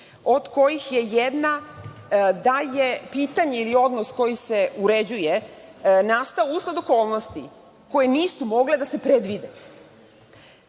od kojih je jedna da je pitanje ili odnos koji se uređuje nastao usled okolnosti koje nisu mogle da se predvide,